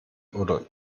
oder